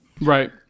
Right